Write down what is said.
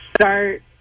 start